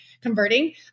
converting